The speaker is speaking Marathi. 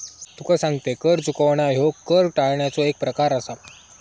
तुका सांगतंय, कर चुकवणा ह्यो कर टाळण्याचो एक प्रकार आसा